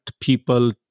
people